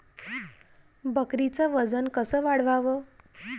बकरीचं वजन कस वाढवाव?